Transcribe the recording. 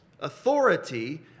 authority